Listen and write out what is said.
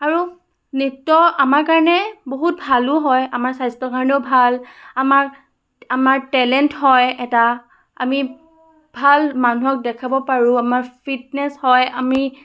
আৰু নৃত্য আমাৰ কাৰণে বহুত ভালো হয় আমাৰ স্বাস্থ্যৰ কাৰণেও ভাল আমাক আমাৰ টেলেণ্ট হয় এটা আমি ভাল মানুহক দেখাব পাৰোঁ আমাৰ ফিটনেছ হয় আমি